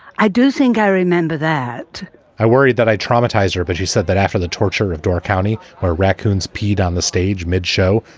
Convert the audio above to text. i do think i remember that i worried that i traumatized her. but she said that after the torture of daw county, where raccoons peed on the stage mid show,